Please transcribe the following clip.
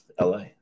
LA